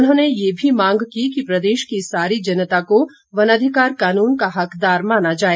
उन्होंने ये भी मांग की कि प्रदेश की सारी जनता को वनाधिकार कानून का हकदार माना जाए